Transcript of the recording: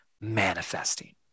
manifesting